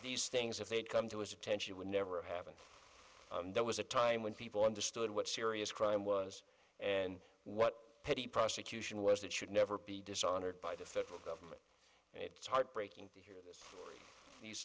these things if they come to his attention would never happen there was a time when people understood what serious crime was and what a pity prosecution was that should never be dishonored by the federal government it's heartbreaking to hear this